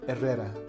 Herrera